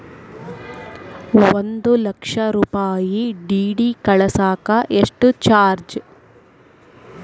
ಒಂದು ಲಕ್ಷ ರೂಪಾಯಿ ಡಿ.ಡಿ ಕಳಸಾಕ ಎಷ್ಟು ಚಾರ್ಜ್?